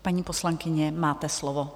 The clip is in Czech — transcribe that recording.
Paní poslankyně, máte slovo.